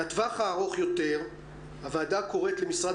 לטווח הארוך יותר הוועדה קוראת למשרד